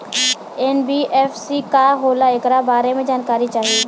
NBFC का होला ऐकरा बारे मे जानकारी चाही?